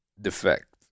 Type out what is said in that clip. defect